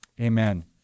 Amen